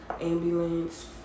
ambulance